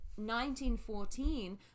1914